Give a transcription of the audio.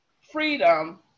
freedom